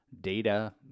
data